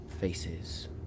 faces